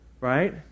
right